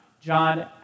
John